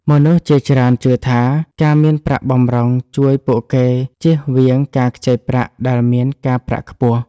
មនុស្សជាច្រើនជឿថា ការមានប្រាក់បម្រុងជួយពួកគេចៀសវាងការខ្ចីប្រាក់ដែលមានការប្រាក់ខ្ពស់។